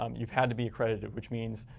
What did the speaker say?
um you've had to be accredited, which means,